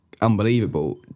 unbelievable